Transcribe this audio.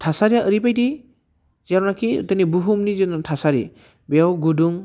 थासारिया ओरैबायदि जेरावनाखि दिनै बुहुमनि जोंनाव थासारि बेयाव गुदुं